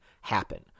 happen